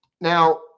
Now